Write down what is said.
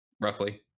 Roughly